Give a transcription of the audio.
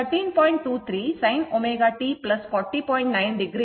9o ಇದು ಗರಿಷ್ಠ ಮೌಲ್ಯ